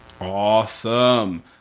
Awesome